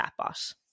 chatbot